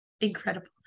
incredible